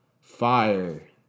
Fire